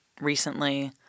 recently